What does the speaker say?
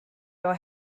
your